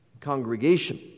congregation